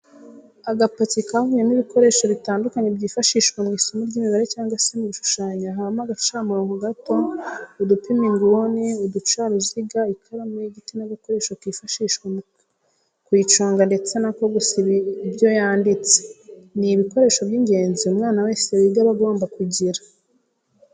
Agapaki kavuyemo ibikoresho bitandukanye byifashishwa mu isomo ry'imibare cyangwa se mu gushushanya habamo agacamurongo gato, udupima inguni, uducaruziga, ikaramu y'igiti n'agakoresho kifashishwa mu kuyiconga ndetse n'ako gusiba ibyo yanditse, ni ibikoresho by'ingenzi umwana wese wiga aba agomba kugira.